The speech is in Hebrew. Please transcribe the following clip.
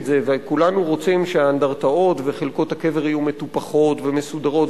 וכולנו רוצים שהאנדרטאות וחלקות הקבר יהיו מטופחות ומסודרות,